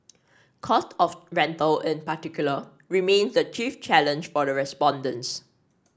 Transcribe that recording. cost of rental in particular remains the chief challenge for the respondents